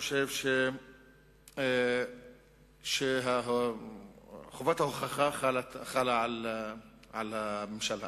אני חושב שחובת ההוכחה חלה על הממשל האמריקני.